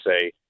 say